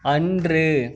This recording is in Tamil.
அன்று